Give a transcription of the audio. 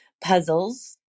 puzzles